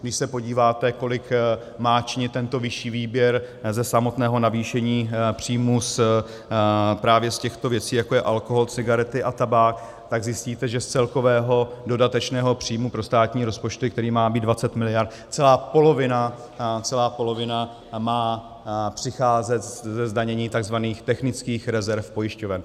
Když se podíváte, kolik má činit tento vyšší výběr ze samotného navýšení příjmů právě z těchto věcí, jako je alkohol, cigarety a tabák, tak zjistíte, že z celkového dodatečného příjmu pro státní rozpočty, který má být 20 miliard, celá polovina má přicházet ze zdanění takzvaných technických rezerv pojišťoven.